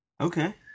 Okay